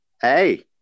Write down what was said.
Hey